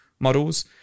models